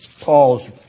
Paul's